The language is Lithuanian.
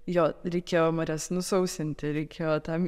jo reikėjo marias nusausinti reikėjo tam